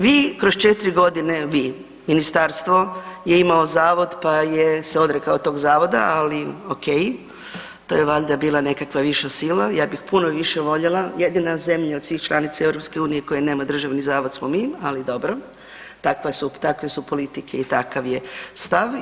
Vi kroz 4 godine, vi, ministarstvo je imao zavod pa je se odrekao tog zavoda, ali ok, to je valjda bila nekakva viša sila, ja bih puno više voljela, jedina zemlja od svih članica EU koja nema državni zavod smo mi, ali dobro takve su politike i takav je stav.